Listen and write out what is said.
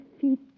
feet